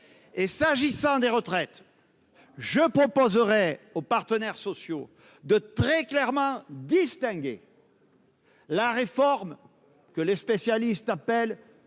S'agissant des retraites, je proposerai aux partenaires sociaux de très clairement distinguer, d'une part, la réforme que les spécialistes appellent